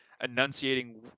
enunciating